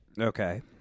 Okay